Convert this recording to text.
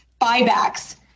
buybacks